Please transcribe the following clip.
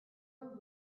were